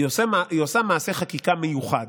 היא עושה מעשה חקיקה מיוחד.